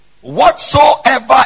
Whatsoever